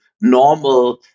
normal